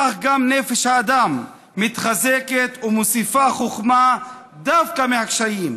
כך גם נפש האדם מתחזקת ומוסיפה חוכמה דווקא מהקשיים,